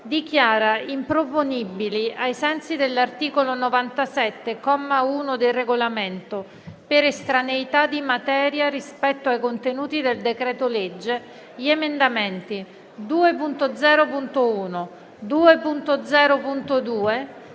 dichiara improponibili, ai sensi dell'articolo 97, comma 1, del Regolamento, per estraneità di materia rispetto ai contenuti del decreto-legge, gli emendamenti 2.0.1, 2.0.2,